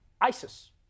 ISIS